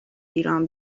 ایران